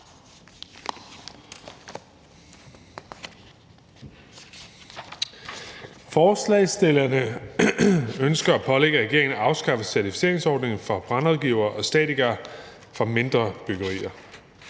Forslagsstillerne ønsker at pålægge regeringen at afskaffe certificeringsordningen for brandrådgivere og statikere for mindre byggerier.